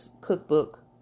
cookbook